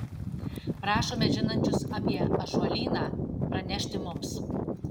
prašome žinančius apie ąžuolyną pranešti mums